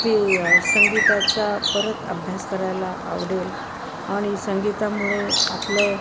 ते संगीताचा परत अभ्यास करायला आवडेल आणि संगीतामुळे आपलं